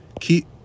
Keep